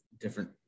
different